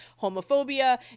Homophobia